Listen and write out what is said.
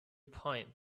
point